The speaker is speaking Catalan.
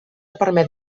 permet